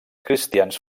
cristians